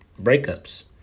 breakups